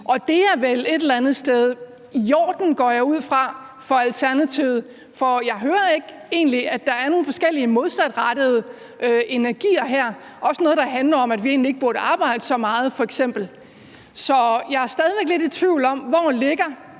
det er vel et eller andet sted i orden, går jeg ud fra, for Alternativet. For jeg hører egentlig, at der er nogle forskellige modsatrettede energier her – også noget, der handler om, at vi egentlig ikke burde arbejde så meget f.eks. Så jeg er stadig væk lidt i tvivl om, hvor